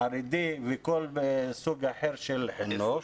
חרדי, וכל סוג אחר של חינוך.